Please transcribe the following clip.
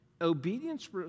obedience